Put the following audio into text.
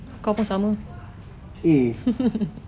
eh